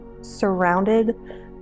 surrounded